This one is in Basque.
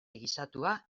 gisatua